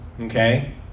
okay